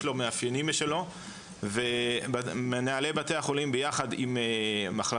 יש לו מאפיינים משלו ומנהלי בתי החולים ביחד עם מחלקות